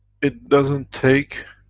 it doesn't take.